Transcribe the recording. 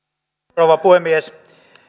rouva puhemies